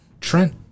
Trent